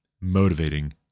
motivating